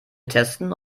testen